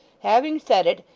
having said it,